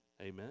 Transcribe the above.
amen